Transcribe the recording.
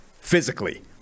physically